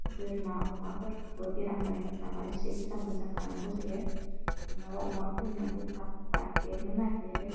बोरमा अमाफोरखौबो बेराम जानाय खोनाबा एसे गोजान गोजान खानांगौ जायो नङाबा अमाफोरनियाबो थाब बारदेरनो नागिरो